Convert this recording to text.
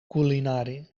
culinari